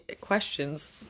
questions